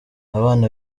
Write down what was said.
abana